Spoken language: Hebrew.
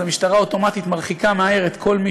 אז המשטרה אוטומטית מרחיקה מהר את כל מי